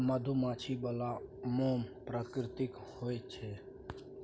मधुमाछी बला मोम प्राकृतिक होए छै